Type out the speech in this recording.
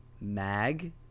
Mag